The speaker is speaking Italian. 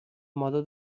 modo